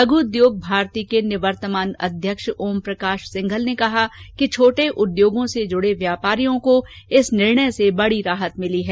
लघ् उद्योग भारती के निवर्तमान अध्यक्ष ओमप्रकाश मित्तल ने कहा कि छोटे उद्योगों से जुड़े व्यापारियों को इस निर्णय से बड़ी राहत मिली है